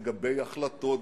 לגבי החלטות,